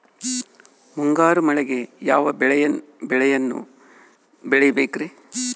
ಮುಂಗಾರು ಮಳೆಗೆ ಯಾವ ಬೆಳೆಯನ್ನು ಬೆಳಿಬೇಕ್ರಿ?